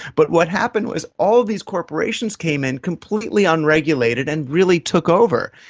but what happened was all these corporations came in completely unregulated and really took over.